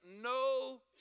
no